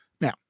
Now